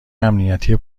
امنیتی